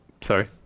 Sorry